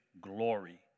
glory